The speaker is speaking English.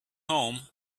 home